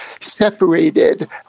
separated